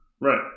Right